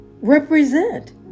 Represent